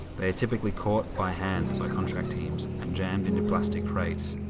they are typically caught by hand by contract teams and jammed into plastic crates,